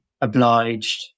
obliged